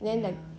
then like